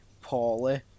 poorly